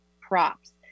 props